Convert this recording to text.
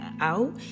out